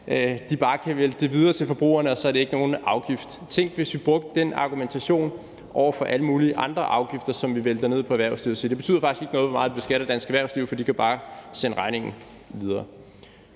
de bare kan vælte det videre til forbrugerne, og så skulle det ikke være nogen afgift. Tænk, hvis vi brugte den argumentation i forbindelse med alle mulige andre afgifter, som vi vælter over på erhvervslivet, og sagde, at det faktisk ikke betyder noget, hvor meget vi beskatter dansk erhvervsliv, for de kan bare sende regningen videre.